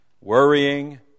worrying